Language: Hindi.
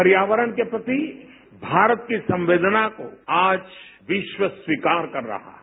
पर्यावरण के प्रति भारत की संवेदना को आज विश्व स्वीकार कर रहा है